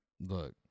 Look